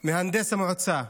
מהנדס המועצה.